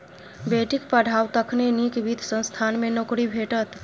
बेटीक पढ़ाउ तखने नीक वित्त संस्थान मे नौकरी भेटत